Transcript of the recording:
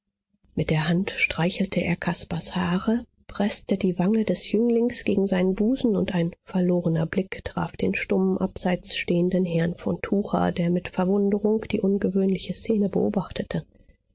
mit der hand streichelte er caspars haare preßte die wange des jünglings gegen seinen busen und ein verlorener blick traf den stumm abseits stehenden herrn von tucher der mit verwunderung die ungewöhnliche szene beobachtete